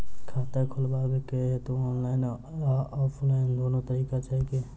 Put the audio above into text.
खाता खोलेबाक हेतु ऑनलाइन आ ऑफलाइन दुनू तरीका छै की?